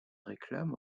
réclame